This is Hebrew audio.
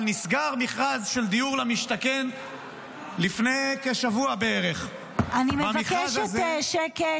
אבל לפני כשבוע נסגר מכרז של דיור למשתכן --- אני מבקשת שקט.